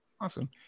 awesome